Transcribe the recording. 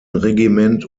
regiment